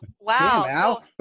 Wow